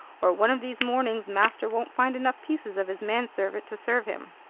or one of these mornings master won't find enough pieces of his manservant to serve him.